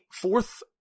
fourth